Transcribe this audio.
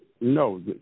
no